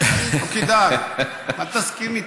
לא כדאי, אל תסכים איתי.